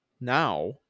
now